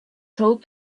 told